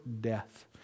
death